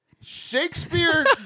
Shakespeare